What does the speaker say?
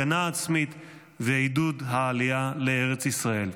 הגנה עצמית ועידוד העלייה לארץ ישראל.